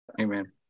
Amen